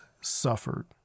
suffered